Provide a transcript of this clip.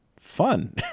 fun